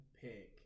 pick